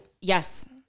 yes